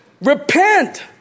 repent